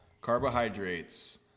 carbohydrates